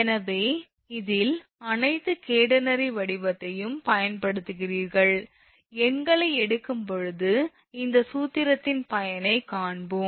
எனவே இதில் அனைத்து கேடனரி வடிவத்தையும் பயன்படுத்துகிறீர்கள் எண்களை எடுக்கும் போது இந்த சூத்திரத்தின் பயனை காண்போம்